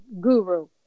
guru